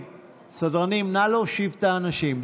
סדרנים, נא להושיב את האנשים.